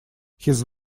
his